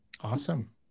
Awesome